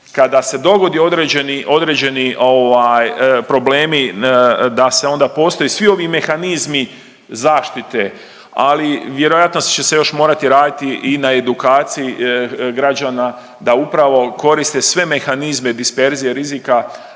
kada se dogodi određeni, određeni ovaj problemi da se onda postoji svi ovi mehanizmi zaštite, ali vjerojatno će se još morati raditi i na edukaciji građana da upravo koriste sve mehanizme disperzije rizika